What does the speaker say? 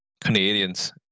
Canadians